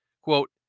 Quote